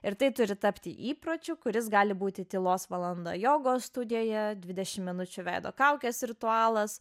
ir tai turi tapti įpročiu kuris gali būti tylos valanda jogos studijoje dvidešim minučių veido kaukės ritualas